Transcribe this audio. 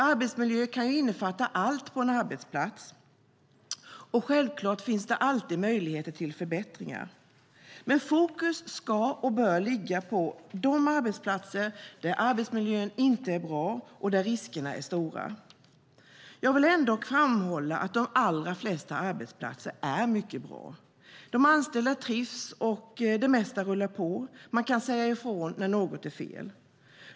Arbetsmiljö kan innefatta allt på en arbetsplats, och självklart finns det alltid möjlighet till förbättringar. Men fokus ska ligga särskilt på de arbetsplatser där arbetsmiljön inte är bra och där riskerna är stora. Jag vill ändå framhålla att de allra flesta arbetsplatser är mycket bra. De anställda trivs, det mesta rullar på, och man kan säga ifrån när något är fel.